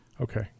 Okay